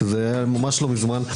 שזה היה ממש לא מזמן.